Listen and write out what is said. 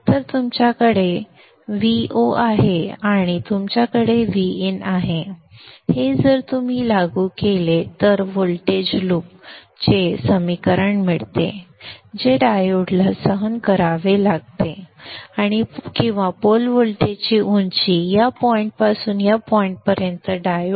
तर तुमच्याकडे Vo आहे आणि तुमच्याकडे Vin आहे हे जर तुम्ही लागू केले तर ते व्होल्टेज लूप चे समीकरण मिळते जे डायोडला विथस्टेंड करावे लागते किंवा पोल व्होल्टेजची उंची या बिंदूपासून या बिंदूपर्यंत डायोड